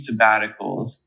sabbaticals